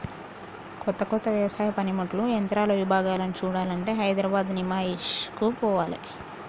కొత్త కొత్త వ్యవసాయ పనిముట్లు యంత్రాల విభాగాలను చూడాలంటే హైదరాబాద్ నిమాయిష్ కు పోవాలే